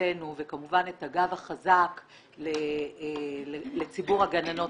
ברכתנו וכמובן את הגב החזק לציבור הגננות